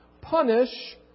punish